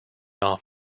off